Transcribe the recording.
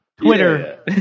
Twitter